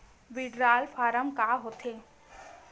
Withdrawal form का होथे?